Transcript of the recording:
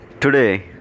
today